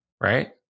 right